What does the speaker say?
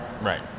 Right